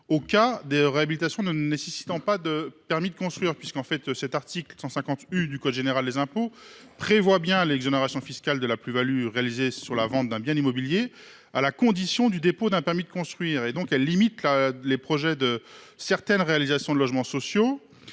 aux cas de réhabilitation ne nécessitant pas de permis de construire. L’article 150 U du code général des impôts prévoit bien l’exonération fiscale de la plus value réalisée sur la vente d’un bien immobilier, mais à la condition du dépôt d’un permis de construire. Cette disposition limite les projets de réalisation de logements sociaux,